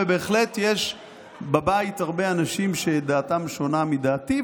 ובהחלט יש בבית הרבה אנשים שדעתם שונה מדעתי,